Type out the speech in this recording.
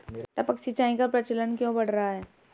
टपक सिंचाई का प्रचलन क्यों बढ़ रहा है?